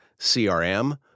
CRM